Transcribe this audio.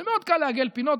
מאוד קל לעגל פינות.